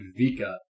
Vika